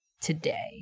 today